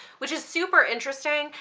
which is super interesting.